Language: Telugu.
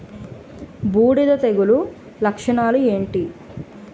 బూడిద తెగుల లక్షణాలు ఏంటి?